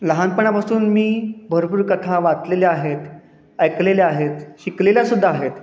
लहानपणापासून मी भरपूर कथा वाचलेल्या आहेत ऐकलेल्या आहेत शिकलेल्यासुद्धा आहेत